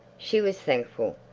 she was thankful.